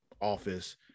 office